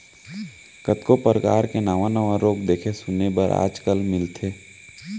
कतको परकार के नावा नावा रोग देखे सुने बर आज काल मिलथे